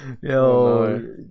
yo